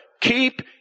keep